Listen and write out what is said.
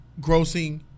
Grossing